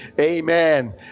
Amen